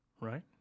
right